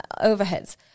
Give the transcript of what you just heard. overheads